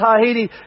Tahiti